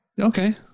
Okay